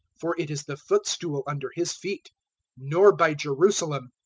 for it is the footstool under his feet nor by jerusalem,